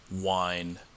wine